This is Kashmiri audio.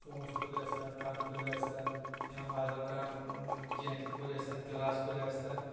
ژوٗنٹھۍ کُلۍ ٲسۍتَن ٹَنٛگہٕ کُلۍ ٲسۍتَن یا بدل کانٛہہ کیٚنٛہہ تہِ کُلۍ ٲسۍتَن گِلاس کُلۍ ٲسۍتن